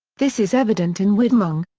this is evident in widmung,